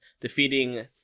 defeating